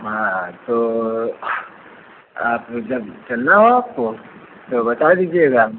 हाँ तो आप जब चलना हो आपको तो बता दीजिएगा